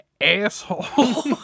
asshole